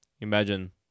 Imagine